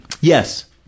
Yes